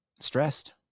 stressed